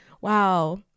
wow